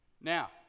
Now